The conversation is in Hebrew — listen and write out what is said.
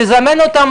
לזמן אותם,